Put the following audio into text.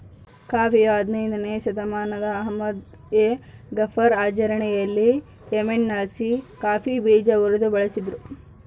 ಕಾಫಿಯು ಹದಿನಯ್ದನೇ ಶತಮಾನದಲ್ಲಿ ಅಹ್ಮದ್ ಎ ಗಫರ್ ಆಚರಣೆಯಲ್ಲಿ ಯೆಮೆನ್ನಲ್ಲಿ ಕಾಫಿ ಬೀಜ ಉರಿದು ಬಳಸಿದ್ರು